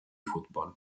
football